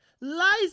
lies